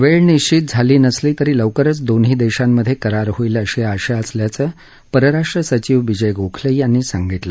वेळ निश्चित झाली नसली तरी लवकरच दोन्ही देशांमधे करार होईल अशी आशा असल्याचं परराष्ट्र सचीव विजय गोखले यांनी सांगितलं